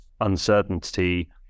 uncertainty